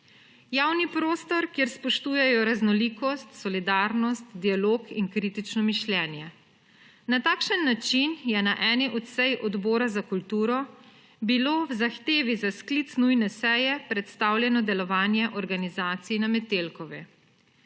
javni prostor, kjer spoštujejo raznolikost, solidarnost, dialog in kritično mišljenje. Na takšen način je na eni od sej Odbora za kulturo bilo v zahtevi za sklic nujne seje predstavljeno delovanje organizacij na Metelkovi.